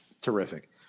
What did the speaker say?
terrific